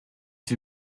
fut